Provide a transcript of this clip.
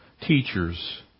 teachers